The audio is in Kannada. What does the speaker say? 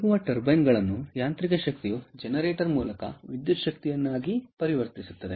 ತಿರುಗುವ ಟರ್ಬೈನ್ ಗಳನ್ನು ಯಾಂತ್ರಿಕ ಶಕ್ತಿಯು ಜನರೇಟರ್ ಮೂಲಕ ವಿದ್ಯುತ್ ಶಕ್ತಿಯನ್ನಾಗಿ ಪರಿವರ್ತಿಸುತ್ತದೆ